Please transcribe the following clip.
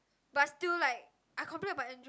but still like I complain about Andrew